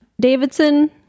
Davidson